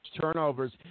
turnovers